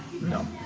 No